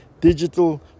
Digital